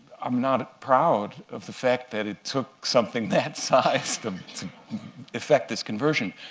i'm not proud of the fact that it took something that size to effect this conversion.